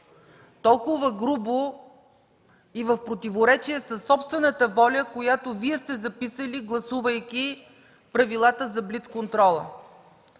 толкова грубо и в противоречие със собствената воля, която Вие сте записали, гласувайки правилата за блиц контрола.